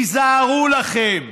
היזהרו לכם,